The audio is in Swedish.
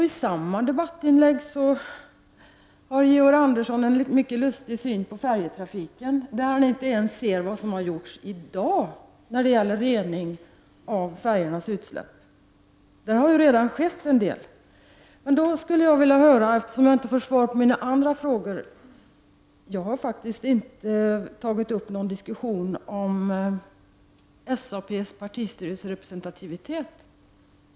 I samma debattinlägg gav Georg Andersson uttryck för en mycket lustig syn på färjetrafiken, där han inte ens ser vad som har gjorts under senare tid när det gäller rening av färjornas utsläpp. På det området har det skett en del. Jag har faktiskt inte tagit upp någon diskussion om representativiteten i SAPs partistyrelse.